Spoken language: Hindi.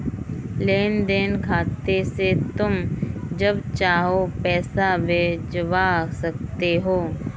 लेन देन खाते से तुम जब चाहो पैसा भिजवा सकते हो